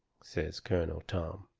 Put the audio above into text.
says colonel tom.